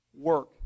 work